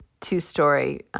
two-story